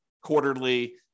quarterly